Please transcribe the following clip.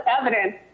evidence